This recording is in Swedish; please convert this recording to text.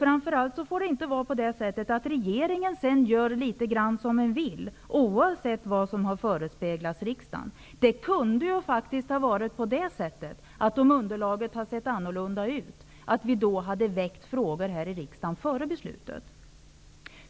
Framför allt får inte regeringen sedan göra litet grand som den vill, oavsett vad som har förespeglats riksdagen. Om underlaget hade sett annorlunda ut, skulle vi ha haft möjlighet att väcka frågor här i riksdagen före beslutet.